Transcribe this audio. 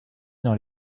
dans